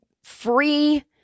free